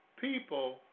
people